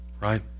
right